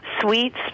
sweets